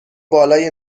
بالای